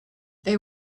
they